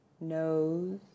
nose